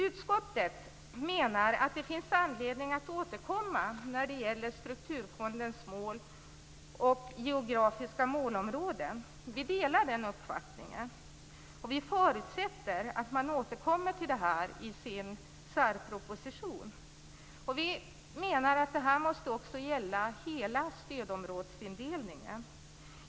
Utskottet menar att det finns anledning att återkomma när det gäller strukturfondernas mål och geografiska målområden. Vi delar den uppfattningen. Vi förutsätter att den återkommer till det i sin särproposition. Vi menar att det också måste gälla hela stödområdesindelningen.